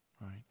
right